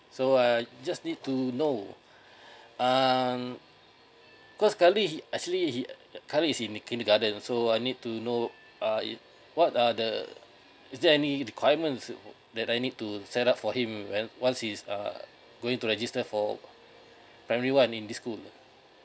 so I just need to know um because currently he actually he currently he is in the kindergarten so I need to know uh it what are the is there any requirements that I need to set up for him when once he's uh going to register for primary one in this school